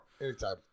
anytime